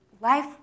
life